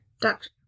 Doctor